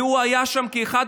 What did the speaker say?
והוא היה שם כאחד